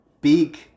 Beak